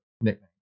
nickname